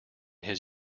his